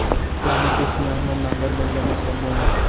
पहिली के सियान मन नांगर बइला म सब बोवयँ